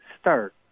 start